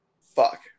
Fuck